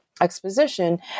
Exposition